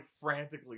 frantically